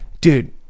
dude